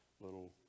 little